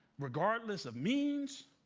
regardless of means,